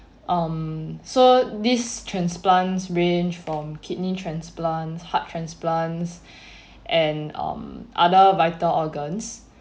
um so this transplants range from kidney transplant heart transplants and other vital organs